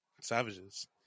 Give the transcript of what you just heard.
savages